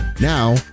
Now